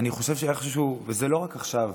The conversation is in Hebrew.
זה לא רק עכשיו,